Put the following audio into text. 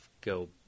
go